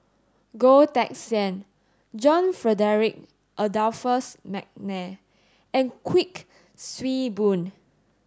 Goh Teck Sian John Frederick Adolphus McNair and Kuik Swee Boon